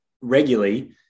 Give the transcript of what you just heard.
regularly